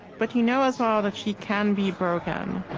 but you know, as well, that she can be broken